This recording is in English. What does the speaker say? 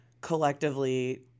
collectively